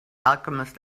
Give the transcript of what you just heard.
alchemist